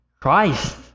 Christ